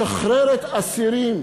משחררת אסירים